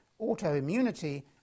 Autoimmunity